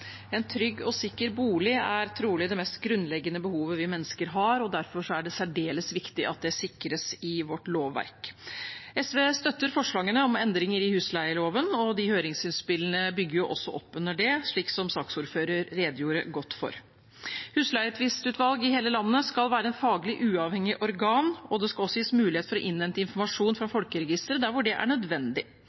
trolig det mest grunnleggende behovet vi mennesker har, og derfor er det særdeles viktig at det sikres i vårt lovverk. SV støtter forslagene om endringer i husleieloven, og høringsinnspillene bygger også opp under det, slik som saksordføreren redegjorde godt for. Husleietvistutvalg i hele landet skal være faglig uavhengige organer. Det skal også gis mulighet for å innhente informasjon fra Folkeregisteret, der hvor det er nødvendig.